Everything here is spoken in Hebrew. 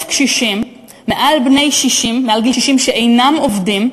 קשישים מעל גיל 60 שאינם עובדים,